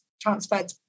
transferred